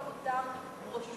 כל אותם ברושורים,